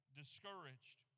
discouraged